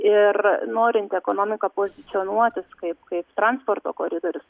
ir norinti ekonomiką pozicionuotis kaip kaip transporto koridorius